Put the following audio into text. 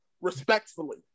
Respectfully